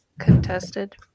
Contested